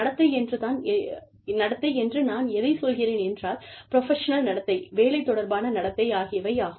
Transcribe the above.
நடத்தை என்று நான் எதைச் சொல்கிறேன் என்றால் புரஃபசனல் நடத்தை வேலை தொடர்பான நடத்தை ஆகியவை ஆகும்